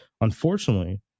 Unfortunately